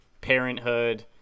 Parenthood